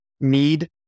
need